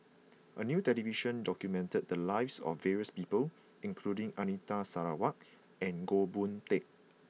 a new television show documented the lives of various people including Anita Sarawak and Goh Boon Teck